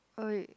oh